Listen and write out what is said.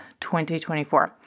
2024